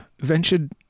Ventured